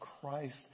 Christ